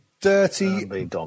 dirty